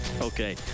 Okay